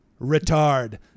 retard